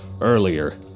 earlier